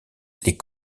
les